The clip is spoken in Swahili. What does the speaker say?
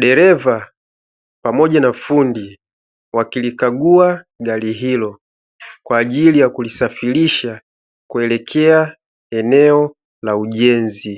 dereva pamoja na fundi wakilikagua gari hilo kwa ajili ya kulisafirisha kuelekea eneo la ujenzi.